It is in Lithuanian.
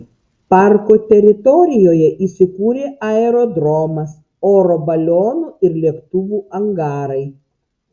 parko teritorijoje įsikūrė aerodromas oro balionų ir lėktuvų angarai